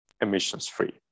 emissions-free